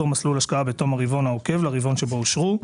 מסלול השקעה בתום הרבעון העוקב לרבעון שבו אושרו,